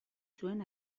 zuen